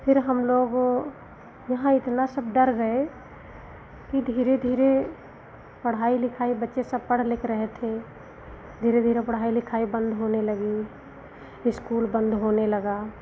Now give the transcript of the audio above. फिर हम लोगों यहाँ इतना सब डर गए कि धीरे पढ़ाई लिखाई बच्चे सब पढ़ लिख रहे थे धीरे धीरे पढ़ाई लिखाई बंद होने लगी इस्कूल बंद होने लगा